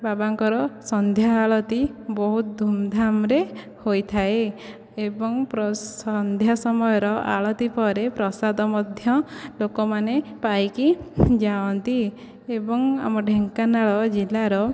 ବାବାଙ୍କର ସନ୍ଧ୍ୟା ଆଳତି ବହୁ ଧୂମ୍ ଧାମ୍ ରେ ହୋଇଥାଏ ଏବଂ ସନ୍ଧ୍ୟା ସମୟର ଆଳତି ପରେ ପ୍ରସାଦ ମଧ୍ୟ ଲୋକମାନେ ପାଇକି ଯାଆନ୍ତି ଏବଂ ଆମ ଢେଙ୍କାନାଳ ଜିଲ୍ଲାର